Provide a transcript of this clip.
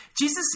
Jesus